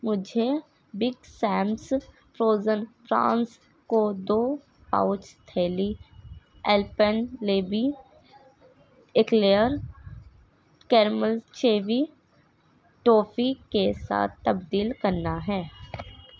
مجھے Big Sams frozen prawns كو دو پاؤچ تھیلی ایل پنلیبی ایکلیئر کیرمل چیوی ٹافی کے ساتھ تبدیل کرنا ہے